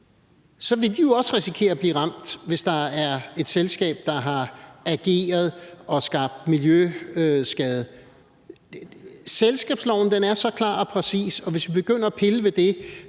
de vil så også risikere at blive ramt, hvis der er et selskab, der har ageret, så der er skabt miljøskade. Selskabsloven er så klar og præcis, og hvis vi begynder at pille ved det,